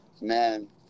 man